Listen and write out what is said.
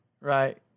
right